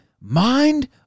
Mind